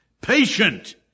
Patient